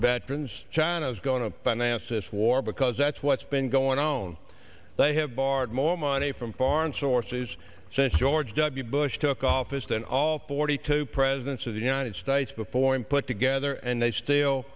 veterans china's going to finance this war because that's what's been going on they have borrowed more money from foreign sources since george w bush took office than all forty two presidents of the united states before him put together and they still